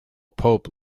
pope